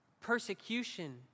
persecution